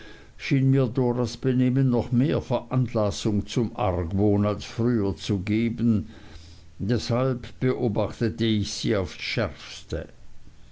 doras benehmen noch mehr veranlassung zum argwohn als früher zu geben deshalb beobachtete ich sie auf das schärfste